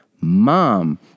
MOM